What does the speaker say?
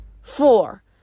Four